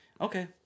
Okay